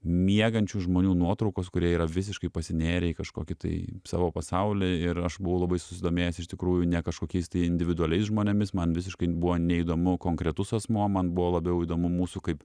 miegančių žmonių nuotraukos kurie yra visiškai pasinėrę į kažkokį tai savo pasaulį ir aš buvau labai susidomėjęs iš tikrųjų ne kažkokiais individualiais žmonėmis man visiškai buvo neįdomu konkretus asmuo man buvo labiau įdomu mūsų kaip